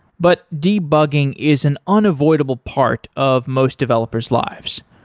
but debugging is an unavoidable part of most developers' lives.